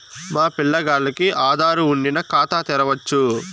మా పిల్లగాల్లకి ఆదారు వుండిన ఖాతా తెరవచ్చు